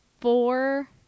four